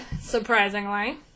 surprisingly